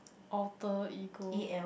Alter Ego